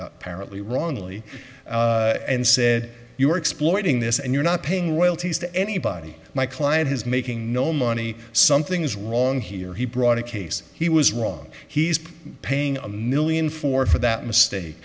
apparently wrongly and said you are exploiting this and you're not paying royalties to anybody my client is making no money something is wrong here he brought a case he was wrong he's paying a million for for that mistake